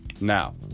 Now